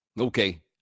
Okay